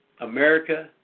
America